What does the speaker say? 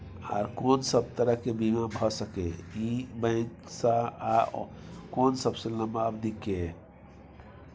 आर कोन सब तरह के बीमा भ सके इ बैंक स आ कोन सबसे लंबा अवधि के ये?